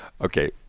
Okay